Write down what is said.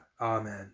amen